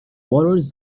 waters